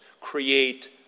create